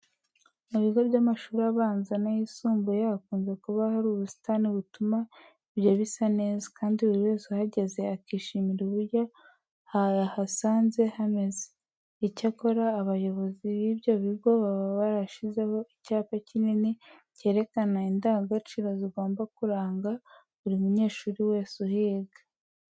Mu bigo by'amashuri abanza n'ayisumbuye hakunze kuba hari ubusitani butuma ibyo bisa neza kandi buri wese uhageze akishimira uburyo yahasanze hameze. Icyakora abayobozi b'ibyo bigo baba barashyizeho icyapa kinini cyerekana indangagaciro zigomba kuranga buri munyeshuri wese uhiga.